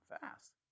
fast